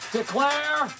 declare